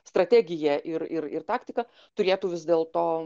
strategiją ir ir ir taktiką turėtų vis dėl to